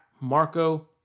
Marco